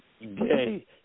gay